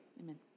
Amen